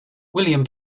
william